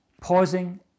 Pausing